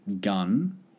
gun